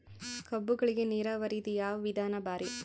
ಕಬ್ಬುಗಳಿಗಿ ನೀರಾವರಿದ ಯಾವ ವಿಧಾನ ಭಾರಿ?